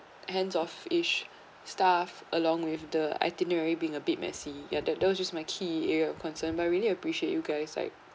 hands off-ish staff along with the itinerary being a bit messy ya those those just are my key area of concern but I really appreciate you guys like